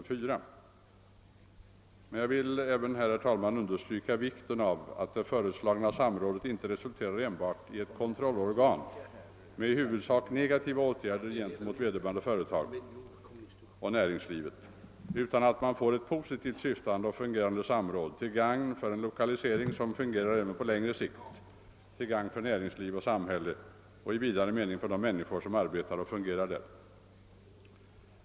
Jag vill emellertid här även, herr talman, understryka vikten av att det föreslagna samrådet inte resulterar enbart i ett kontroliorgan med i huvudsak negativa åtgärder gentemot vederbörande företag och näringslivet, utan att man får ett positivt syftande och fungerande samråd, till gagn för en lokalisering som fungerar även på längre sikt till fromma för näringsliv och samhälle och i vidare mening för de människor som arbetar och fungerar där.